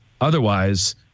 otherwise